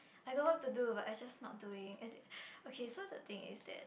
I got work to do but I just not doing as in so the thing is that